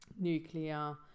nuclear